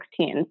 2016